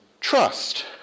trust